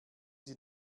sie